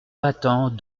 battants